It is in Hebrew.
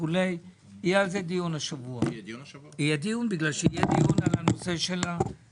בגלל שיהיה דיון על נושא המסגרות הפיסקליות.